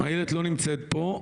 איילת לא נמצאת פה,